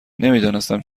نمیدانستم